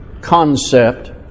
concept